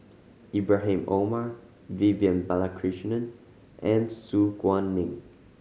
Ibrahim Omar Vivian Balakrishnan and Su Guaning